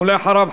אחריו,